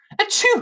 Achoo